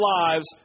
lives